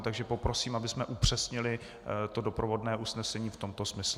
Takže poprosím, abychom upřesnili doprovodné usnesení v tomto smyslu.